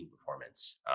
performance